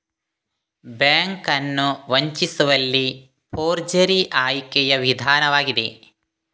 bank ಅನ್ನು ವಂಚಿಸುವಲ್ಲಿ forgery ಆಯ್ಕೆಯ ವಿಧಾನವಾಗಿದೆ